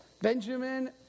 Benjamin